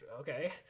Okay